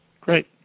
great